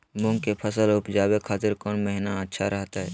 मूंग के फसल उवजावे खातिर कौन महीना अच्छा रहतय?